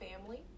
family